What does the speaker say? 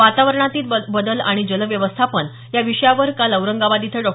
वातावरणातील बदल आणि जल व्यवस्थापन या विषयावर काल औरंगाबाद इथं डॉ